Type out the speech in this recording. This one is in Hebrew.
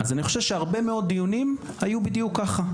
אני חושב שהרבה מאוד דיונים היו בדיוק ככה,